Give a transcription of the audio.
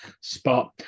spot